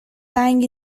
lying